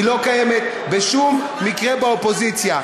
היא לא קיימת בשום מקרה באופוזיציה.